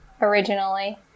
originally